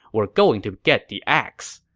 were going to get the axe.